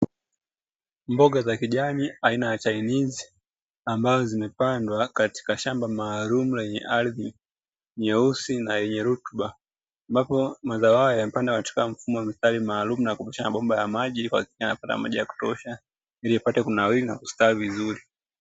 Mboga za kijani aina ya Chainizi ambazo zimepandwa katika shamba maalum lenye ardhi nyeusi na lenye rutuba, ambapo mazao hayo yamepandwa katika mfumo wa mitari maalum na kuhusisha pampu ya maji kwa ajili ya kupata maji ya kutosha ili yapate kunawiri na kustawi vizuri.